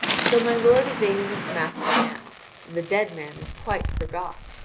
so my lord yvain is master now the dead man is quite forgot.